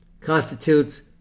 constitutes